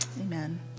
Amen